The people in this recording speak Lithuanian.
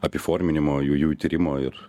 apiforminimo jų jų tyrimo ir